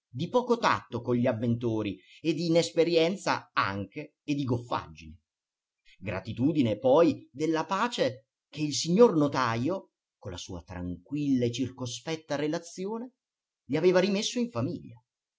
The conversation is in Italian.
di poco tatto con gli avventori e d'inesperienza anche e di goffaggine gratitudine poi della pace che il signor notajo con la sua tranquilla e circospetta relazione gli aveva rimesso in famiglia